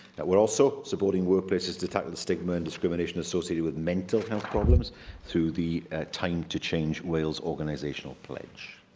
weire also supporting workplaces to tackle the stigma and discrimination associated with mental health problems through the time to change wales organisational pledge.